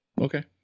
Okay